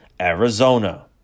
Arizona